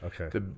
Okay